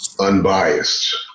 unbiased